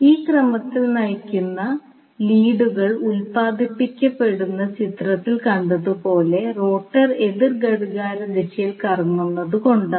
ഈ ക്രമത്തിൽ നയിക്കുന്ന ലീഡുകൾ ഉത്പാദിപ്പിക്കുന്നത് ചിത്രത്തിൽ കണ്ടതുപോലെ റോട്ടർ എതിർ ഘടികാരദിശയിൽ കറങ്ങുന്നുതു കൊണ്ടാണ്